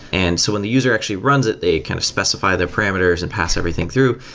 and so when the user actually runs it, they kind of specify their parameters and pass everything through.